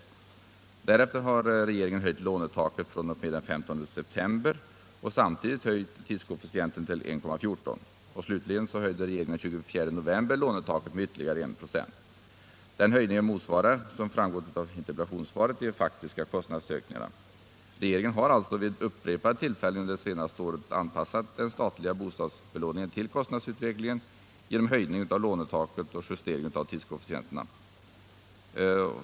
Regeringen har därefter höjt lånetaket fr.o.m. den 15 september 1977 och samtidigt höjt tidskoefficienten till 1,14. Slutligen höjde regeringen den 24 november lånetaket med ytterligare 1 26. Denna höjning motsvarar, som framgått av interpellationssvaret, de faktiska kostnadshöjningarna. Regeringen har alltså vid upprepade tillfällen under det senaste året anpassat den statliga bostadsbelåningen till kostnadsutvecklingen genom höjning av lånetaket och justering av tidskoefficienten.